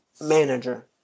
manager